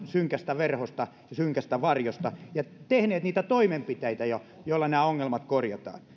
synkästä verhosta synkästä varjosta ja tehneet niitä toimenpiteitä joilla nämä ongelmat korjataan